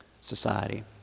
society